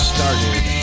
Started